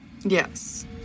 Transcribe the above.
Yes